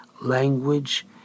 language